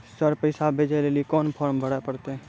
Sir पैसा भेजै लेली कोन फॉर्म भरे परतै?